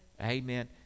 amen